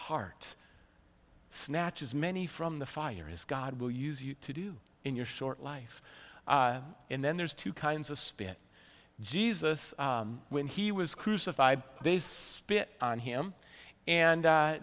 heart snatch as many from the fire is god will use you to do in your short life and then there's two kinds of spirit jesus when he was crucified they spit on him and